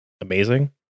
amazing